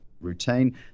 routine